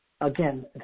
Again